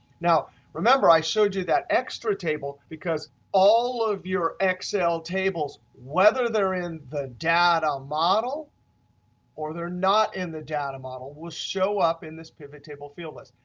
now remember i showed you that extra table because all of your excel tables, whether they're in the data model or they're not in the data model, will show up in this pivot table field list.